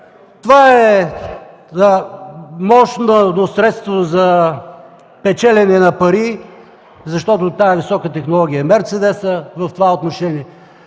Това е мощно средство за печелене на пари, защото тази висока технология е мерцедесът в това отношение.